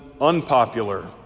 unpopular